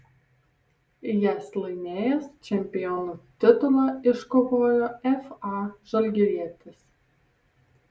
jas laimėjęs čempionų titulą iškovojo fa žalgirietis